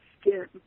skin